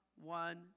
one